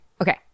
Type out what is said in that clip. okay